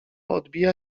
odbija